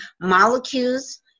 molecules